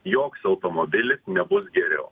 joks automobilis nebus geriau